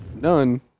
none